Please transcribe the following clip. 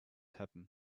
happen